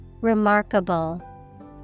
Remarkable